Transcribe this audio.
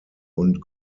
und